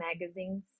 magazines